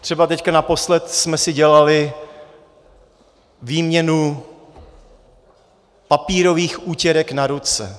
Třeba teď naposled jsme si dělali výměnu papírových utěrek na ruce.